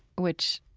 which,